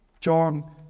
John